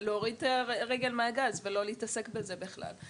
להוריד את הרגל מהגז ולא להתעסק בזה בכלל.